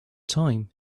time